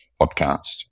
podcast